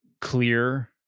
clear